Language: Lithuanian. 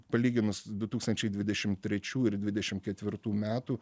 palyginus du tūkstančiai dvidešimt trečiųjų ir dvidešimt ketvirtų metų